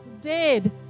dead